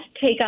take